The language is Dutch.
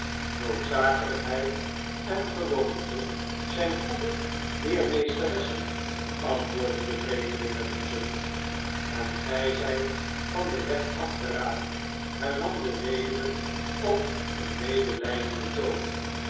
snoodzakelijkheid en gewoonte zijn goede leermeesteressen antwoordde de vreemdeling met een zucht en gij zijt van den weg afgeraakt hernam de weduwe op een medelijdenden toon